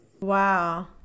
wow